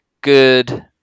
good